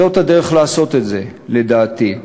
זאת הדרך לעשות את זה, לדעתי.